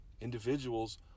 Individuals